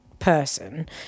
person